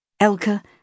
Elka